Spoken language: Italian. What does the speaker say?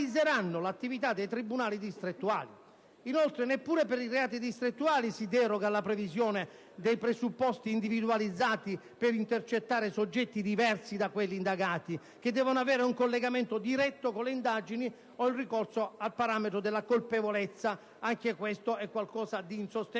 l'attività dei tribunali distrettuali. Inoltre, neppure per i reati distrettuali si deroga alla previsione dei presupposti individualizzati per intercettare soggetti diversi da quelli indagati, che devono avere un collegamento diretto con le indagini o consentire un ricorso al parametro della colpevolezza. Anche questo - il rifarsi